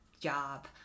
job